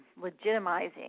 legitimizing